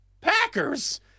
Packers